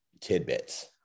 tidbits